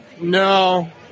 No